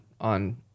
on